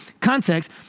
context